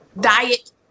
diet